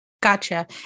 Gotcha